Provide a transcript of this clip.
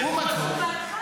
אנחנו אזרחים --- לעומת זאת,